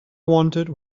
wanted